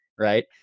Right